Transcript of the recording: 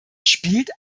spielt